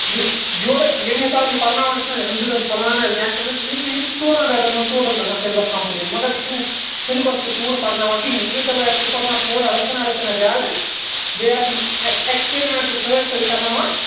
یہِ یورٕ ییٚمہِ حِساب یہِ پَرناوان چھُنہٕ أمۍ دِیُت اسہِ پٕلانَر کیٛاہ چھُ أمِس أمِس چھِ یہِ ژورَن ریٚتَن منٛز ٹوٹَل گَژھا ن سیٚلِبَس کَمپٕلیٖٹ مگر یہِ چھُنہٕ اسہِ سیٚلِبَس تہِ پوٗرٕ پرناوان کِہیٖںٛی أمِس دپیٛو اسہِ ژٕ پَرناو اسہِ تھوڑا رَژھِ ہانا رَژھِ ہانا زیادٕ بیٚیہِ آسان اےٚ ایٚکسپیرمیٚنٛٹ تہِ سۭتۍ سۭتۍ کَرٕناوان